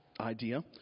idea